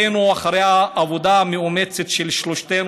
אחרי העבודה המאומצת של שלושתנו,